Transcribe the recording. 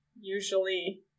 usually